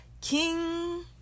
king